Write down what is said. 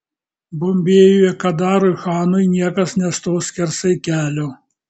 bombėjuje kadarui chanui niekas nestos skersai kelio